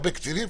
הרבה קצינים,